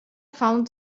found